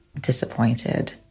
disappointed